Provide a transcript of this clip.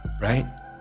right